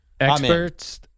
experts